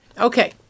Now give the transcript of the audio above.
Okay